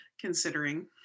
considering